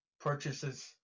purchases